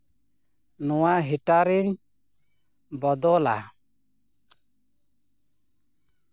ᱱᱚᱣᱟ ᱦᱤᱴᱟᱨᱤᱧ ᱵᱚᱫᱚᱞᱟ